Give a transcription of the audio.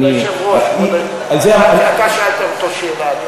אתה שאלת אותו שאלה.